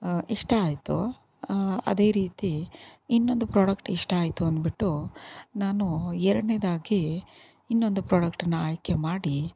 ಇಷ್ಟ ಆಯಿತು ಅದೇ ರೀತಿ ಇನ್ನೊಂದು ಪ್ರಾಡಕ್ಟ್ ಇಷ್ಟ ಆಯಿತು ಅಂದ್ಬಿಟ್ಟು ನಾನು ಎರಡ್ನೇದಾಗಿ ಇನ್ನೊಂದು ಪ್ರಾಡಕ್ಟನ್ನು ಆಯ್ಕೆ ಮಾಡಿ